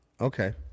Okay